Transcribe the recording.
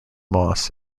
moss